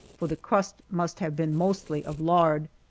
for the crust must have been mostly of lard,